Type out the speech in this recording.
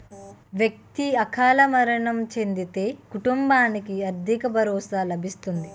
వ్యక్తి అకాల మరణం చెందితే కుటుంబానికి ఆర్థిక భరోసా లభిస్తుంది